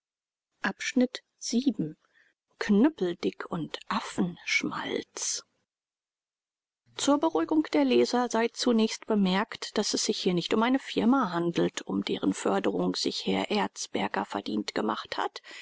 knüppeldick und affenschmalz zur beruhigung der leser sei zunächst bemerkt daß es sich hier nicht um eine firma handelt um deren förderung sich herr erzberger verdient gemacht hat